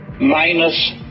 minus